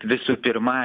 visų pirma